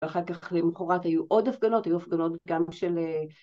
‫ואחר כך למחרת היו עוד הפגנות, ‫היו הפגנות גם של...